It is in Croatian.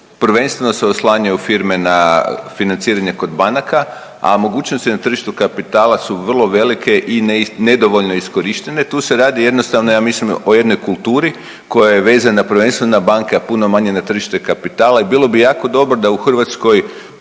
prvenstveno se oslanjaju firme na financiranje kod banaka, a mogućnosti na tržištu kapitala su vrlo velike i nedovoljno iskorištene, tu se radi jednostavno ja mislim o jednoj kulturi koja je vezano prvenstveno na banke, a puno manje na tržište kapitala i bilo bi jako dobro da u Hrvatskoj